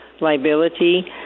liability